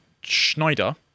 Schneider